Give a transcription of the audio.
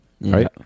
Right